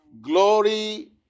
Glory